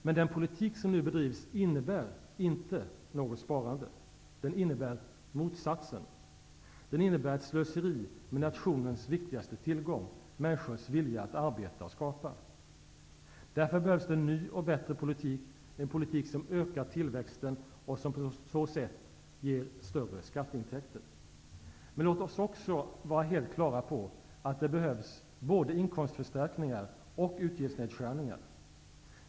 Men den politik som nu bedrivs innebär inte något sparande. Den innebär motsatsen. Den innebär ett slöseri med nationens viktigaste tillgång, människors vilja att arbeta och skapa. Därför behövs det en ny och bättre politik, en politik som ökar tillväxten och som på så sätt ger större skatteintäkter. Men låt oss också vara helt klara över att det behövs både inkomstförstärkningar och utgiftsnedskärningar.